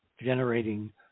generating